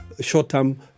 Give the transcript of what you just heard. short-term